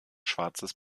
schwarzes